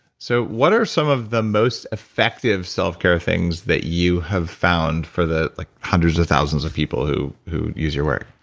so what are some of the most effective self-care things that you have found for the like hundreds of thousands of people who who use your work?